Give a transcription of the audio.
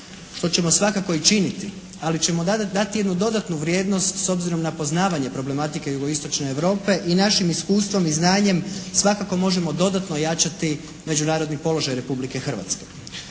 što ćemo svakako i činiti, ali ćemo dati jednu dodatnu vrijednost s obzirom na poznavanje problematike jugoistočne Europe i našim iskustvom i znanjem svakako možemo dodatno ojačati međunarodni položaj Republike Hrvatske.